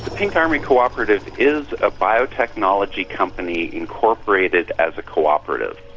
pink army cooperative is a biotechnology company incorporated as a cooperative,